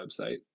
website